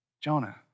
Jonah